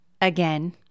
again